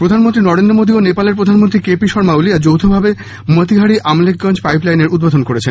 প্রধানমন্ত্রী নরেন্দ্র মোদী ও নেপালের প্রধানমন্ত্রী কে পি শর্মা ওলি আজ যৌথভাবে মতিহারি আমলেখগঞ্জ পাইপ লাইন উদ্ধোধন করেছেন